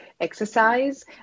exercise